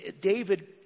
David